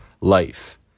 life